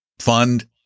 fund